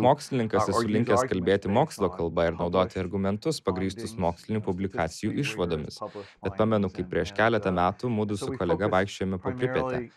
mokslininkas esu linkęs kalbėti mokslo kalba ir naudoti argumentus pagrįstus mokslinių publikacijų išvadomis bet pamenu kaip prieš keletą metų mudu su kolega vaikščiojome po pripetę